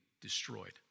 destroyed